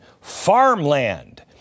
farmland